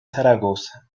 zaragoza